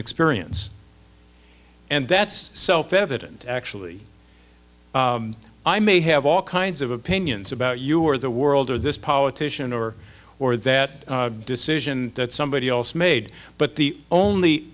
experience and that's self evident actually i may have all kinds of opinions about you or the world or this politician or or that decision that somebody else made but the only